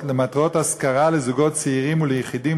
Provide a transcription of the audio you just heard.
למטרות השכרה לזוגות צעירים וליחידים,